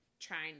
trying